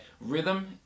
rhythm